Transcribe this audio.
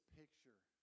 picture